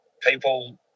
people